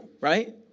Right